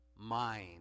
mind